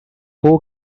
who